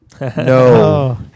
no